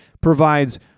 provides